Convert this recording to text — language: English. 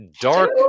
Dark